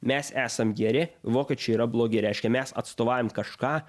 mes esam geri vokiečiai yra blogi reiškia mes atstovaujam kažką